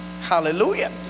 Hallelujah